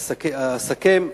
אסכם,